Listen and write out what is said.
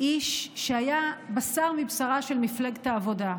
איש שהיה בשר מבשרה של מפלגת העבודה.